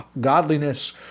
godliness